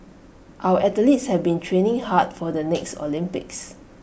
our athletes have been training hard for the next Olympics